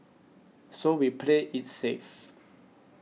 so we played its safe